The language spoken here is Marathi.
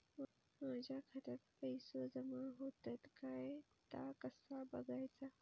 माझ्या खात्यात पैसो जमा होतत काय ता कसा बगायचा?